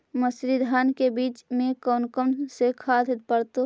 मंसूरी धान के बीज में कौन कौन से खाद पड़तै?